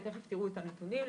תיכף תראו את הנתונים,